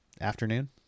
afternoon